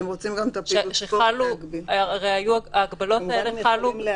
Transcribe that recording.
הרי ההגבלות האלו חלו --- אתם רוצים גם את פעילות הספורט להגביל.